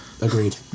agreed